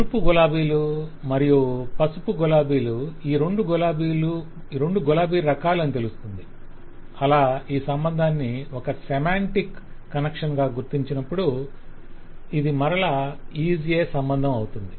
ఎరుపు గులాబీలు మరియు పసుపు గులాబీలు ఈ రెండు గులాబీ రకాలు అని తెలుస్తుంది అలా ఈ సంబంధాన్ని ఒక సెమాంటిక్ కనెక్షన్ గా గుర్తించినప్పుడు ఇది మరల వేరే IS A సంబంధం అవుతుంది